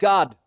God